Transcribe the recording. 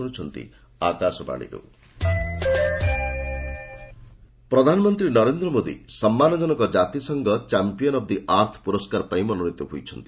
PM award ପ୍ରଧାନମନ୍ତ୍ରୀ ନରେନ୍ଦ୍ର ମୋଦି ସମ୍ମାନଜନକ ଜାତିସଂଘ 'ଚମ୍ପିୟନ୍ ଅଫ୍ ଦି ଆର୍ଥ' ପୁରସ୍କାର ପାଇଁ ମନୋନିତ ହୋଇଛନ୍ତି